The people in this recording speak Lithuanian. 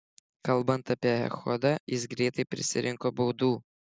kalbant apie echodą jis greitai prisirinko baudų